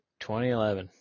2011